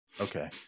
Okay